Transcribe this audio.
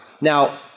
Now